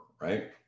right